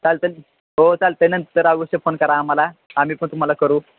चालतं आहे ना हो चालते नंतर अवश्य फोन करा आम्हाला आम्ही पण तुम्हाला करू